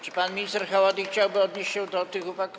Czy pan minister Haładyj chciałby odnieść się do tych uwag?